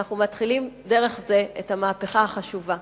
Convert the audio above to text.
ואנחנו מתחילים דרך זה את המהפכה החשובה.